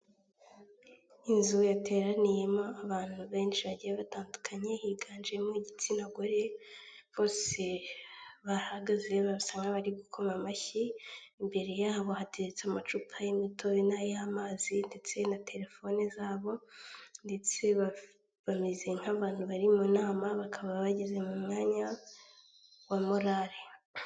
Inzu yateraniyemo abantu benshi bagiye batandukanye higanjemo igitsina gore bose barahagaze barasa n'abari gukoma amashyi imbere yabo hateretse amacupa y'imitobe n'ay'amazi ndetse na telefone zabo ndetse bameze nk'abantu bari mu nama bakaba bageze mu mwanya wa morali.